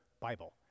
Bible